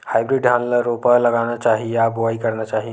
Hybrid धान ल रोपा लगाना चाही या बोआई करना चाही?